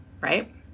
Right